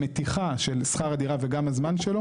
המתיחה של שכר הדירה וגם הזמן שלו,